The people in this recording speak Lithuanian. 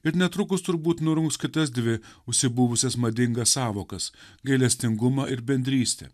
ir netrukus turbūt nurungs kitas dvi užsibuvusias madingas sąvokas gailestingumą ir bendrystę